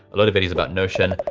a lot of videos about notion,